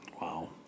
Wow